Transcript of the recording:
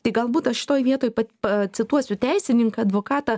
tai galbūt aš šitoj vietoj pacituosiu teisininką advokatą